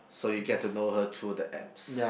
so you get to know her through the apps